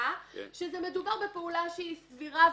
חזקה שמדובר בפעולה שהיא סבירה